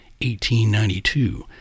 1892